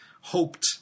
hoped